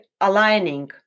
aligning